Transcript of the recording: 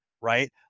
Right